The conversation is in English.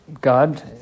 God